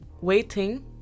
waiting